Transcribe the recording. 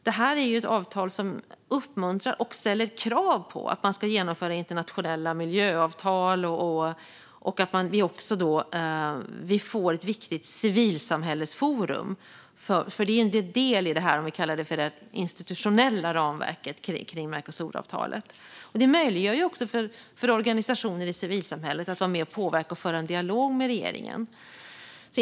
Detta är ett avtal som uppmuntrar och ställer krav på att det ska genomföras internationella miljöavtal och att vi ska få ett viktigt civilsamhällesforum. Det är en del i det som vi kan kalla det institutionella ramverket kring Mercosuravtalet. Det möjliggör också för organisationer i civilsamhället att vara med och påverka och föra en dialog med regeringen.